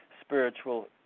spiritual